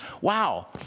wow